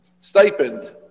Stipend